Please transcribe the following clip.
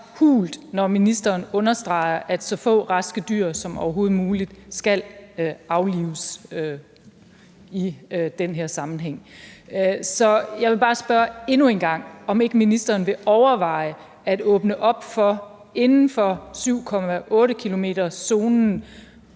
hult, når ministeren understreger, at så få raske dyr som overhovedet muligt skal aflives i den her sammenhæng. Så jeg vil bare spørge endnu en gang, om ikke ministeren vil overveje at åbne op for pelsning inden